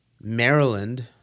Maryland